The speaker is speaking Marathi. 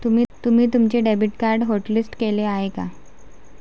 तुम्ही तुमचे डेबिट कार्ड होटलिस्ट केले आहे का?